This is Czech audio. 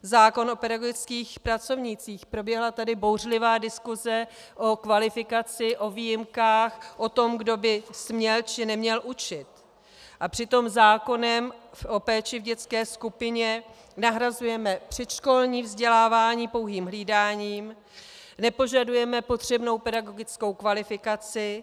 Zákon o pedagogických pracovnících proběhla tady bouřlivá diskuse o kvalifikaci, o výjimkách, o tom, kdo by měl či neměl učit, a přitom zákonem o péči dětské skupině nahrazujeme předškolní vzdělávání pouhým hlídáním, nepožadujeme potřebnou pedagogickou kvalifikaci.